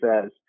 says